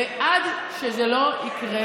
עד שזה לא יקרה,